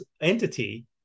entity